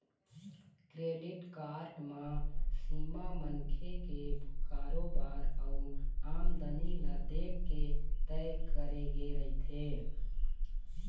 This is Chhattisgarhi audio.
क्रेडिट कारड म सीमा मनखे के कारोबार अउ आमदनी ल देखके तय करे गे रहिथे